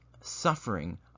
suffering